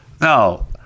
No